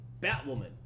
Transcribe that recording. Batwoman